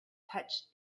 touched